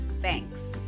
Thanks